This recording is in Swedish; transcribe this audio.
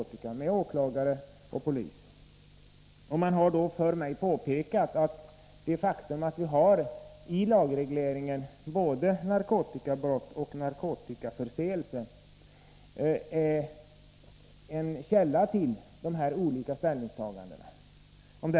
Jag har resonerat med åklagare och poliser, och man har då för mig påpekat att det faktum att lagregleringen gäller både narkotikabrott och narkotikaförseelse är en källa till att man gör dessa olika ställningstaganden.